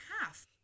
half